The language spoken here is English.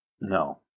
No